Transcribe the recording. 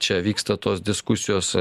čia vyksta tos diskusijos